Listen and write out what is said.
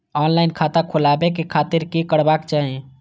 Online खाता खोलाबे के खातिर कि करबाक चाही?